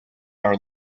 our